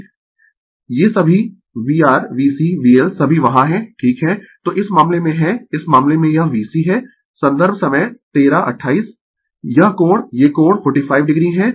ये सभी VRVCVL सभी वहां है ठीक है तो इस मामले में है इस मामले में यह VC है संदर्भ समय 1328 यह कोण ये कोण 45 o है ठीक है